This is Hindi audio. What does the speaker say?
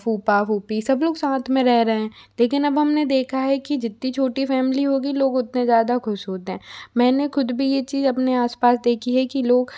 फूफा फूफी सब लोग साथ में रह रहें लेकिन अब हम ने देखा है कि जितनी छोटी फैमिली होगी लोग उतने ज़्यादा ख़ुश होते हैं मैंने ख़ुद भी ये चीज़ अपने आस पास देखी है कि लोग